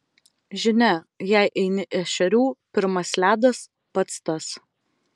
žinia jei eini ešerių pirmas ledas pats tas